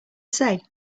say